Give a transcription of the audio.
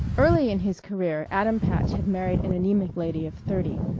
early in his career adam patch had married an anemic lady of thirty,